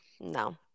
no